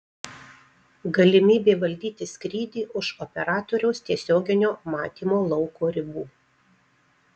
galimybė valdyti skrydį už operatoriaus tiesioginio matymo lauko ribų